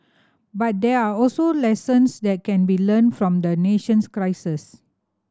but there are also lessons that can be learnt from the nation's crisis